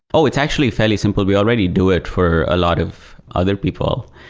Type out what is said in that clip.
oh, it's actually fairly simple. we already do it for a lot of other people.